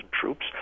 troops